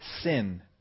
sin